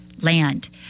land